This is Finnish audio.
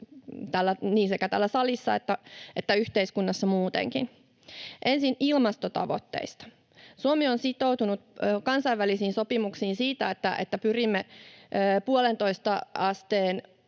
sekä täällä salissa että yhteiskunnassa muutenkin. Ensin ilmastotavoitteista. Suomi on sitoutunut kansainvälisiin sopimuksiin siitä, että pyrimme 1,5 asteen